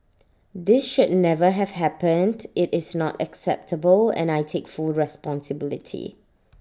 this should never have happened IT is not acceptable and I take full responsibility